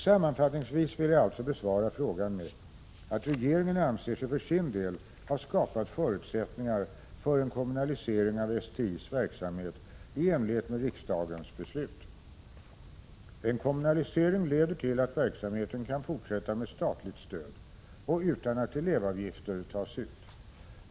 Sammanfattningsvis vill jag alltså besvara frågan med att regeringen anser sig för sin del ha skapat förutsättningar för en kommunalisering av STI:s verksamhet i enlighet med riksdagens beslut. En kommunaliserng leder till | att verksamheten kan fortsätta med statligt stöd och utan att elevavgifter tas | ut.